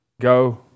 Go